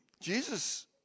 Jesus